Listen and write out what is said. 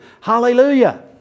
Hallelujah